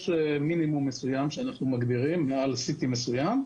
יש מינימום מסוים שאנחנו מגדירים - מעל CT מסוים.